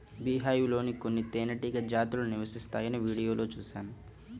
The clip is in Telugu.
బీహైవ్ లో కొన్ని తేనెటీగ జాతులు నివసిస్తాయని వీడియోలో చూశాను